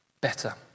better